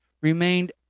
remained